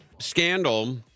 scandal